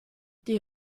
die